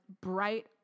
bright